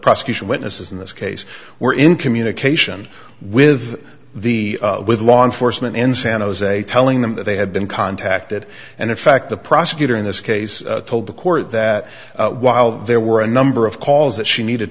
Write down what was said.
prosecution witnesses in this case were in communication with the with law enforcement in san jose telling them that they had been contacted and in fact the prosecutor in this case told the court that while there were a number of calls that she needed